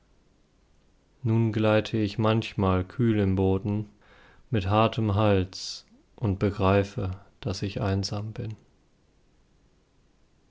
nun gleite ich manchmal kühl in booten mit hartem hals und ich begreife daß ich einsam bin